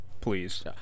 please